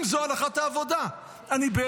אם זו הנחת העבודה.